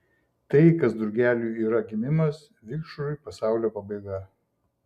tai kas drugeliui yra gimimas vikšrui pasaulio pabaiga